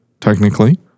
technically